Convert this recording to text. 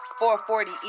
440